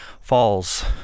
falls